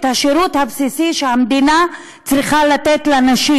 השירות הבסיסי שהמדינה צריכה לתת לנשים.